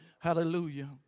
Hallelujah